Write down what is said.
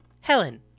Helen